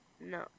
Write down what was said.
No